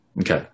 Okay